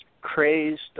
crazed